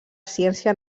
ciència